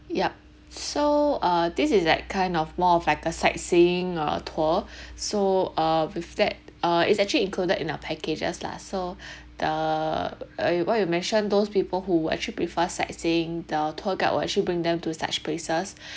ya so uh this is like kind of more of like a sightseeing uh tour so uh with that uh it's actually included in our packages lah so the err uh what you mentioned those people who actually prefer sightseeing the tour guide will actually bring them to such places